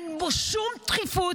שאין בו שום דחיפות,